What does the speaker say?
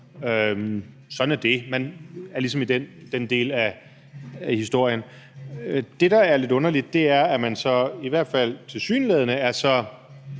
sådan er det; man er ligesom i den del af historien. Men det, der er lidt underligt, er, at man – i hvert fald tilsyneladende – er så